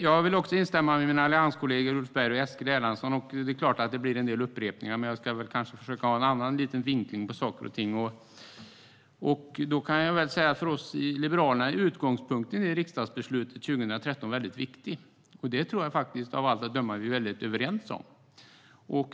Jag instämmer med mina allianskollegor Ulf Berg och Eskil Erlandsson. Det blir såklart en del upprepningar, men jag ska försöka ha en annan vinkel. För Liberalerna är utgångspunkten i riksdagsbeslutet från 2013 viktig. Av allt att döma är vi överens om det.